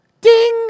ding